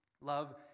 Love